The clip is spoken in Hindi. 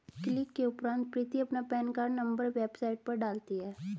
क्लिक के उपरांत प्रीति अपना पेन कार्ड नंबर वेबसाइट पर डालती है